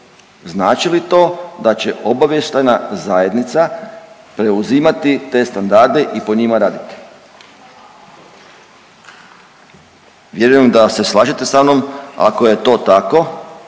znači li to da će obavještajna zajednica preuzeti te standarde i po njima raditi? Jedino da se slažete sa mnom, ako je to tako